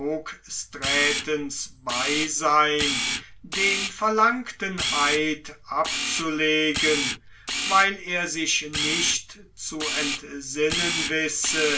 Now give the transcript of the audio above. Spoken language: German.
hoogstraatens beisein den verlangten eid abzulegen weil er sich nicht zu entsinnen wisse